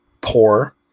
poor